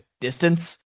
distance